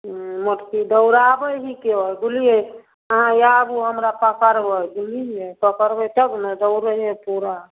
उ मोटकी दौड़ाबै हिके बुललियै आहाँ आबु हमरा पकड़बै बुझलियै पकड़बै तब ने दौड़ै पूरा